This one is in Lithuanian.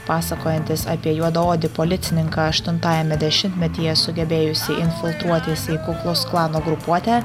pasakojantis apie juodaodį policininką aštuntajame dešimtmetyje sugebėjusį infiltruotis į kuklus klano grupuotę